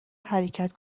حرکت